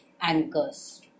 anchors